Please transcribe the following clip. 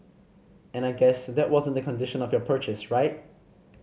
and I guess that wasn't the condition of your purchase right